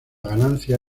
ganancia